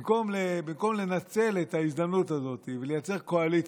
במקום לנצל את ההזדמנות הזאת ולייצר קואליציה,